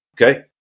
Okay